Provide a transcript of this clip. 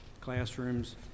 classrooms